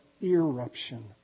eruption